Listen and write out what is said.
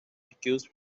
accused